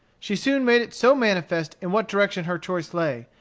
she soon made it so manifest in what direction her choice lay,